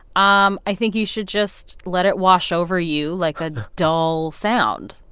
um i think you should just let it wash over you like a dull sound,